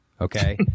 okay